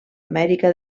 amèrica